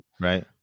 right